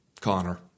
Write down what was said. Connor